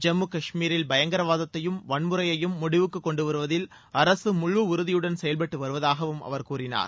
ஜம்மு காஷ்மீரில் பயங்கரவாதத்தையும் வன்முறையையும் முடிவுக்கு கொண்டுவருவதில் அரசு முழு உறுதியுடன் செயல்பட்டு வருவதாகவும் அவர் கூறினார்